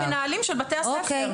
המנהלים של בתי הספר.